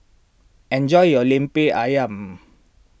enjoy your Lemper Ayam